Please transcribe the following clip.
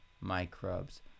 microbes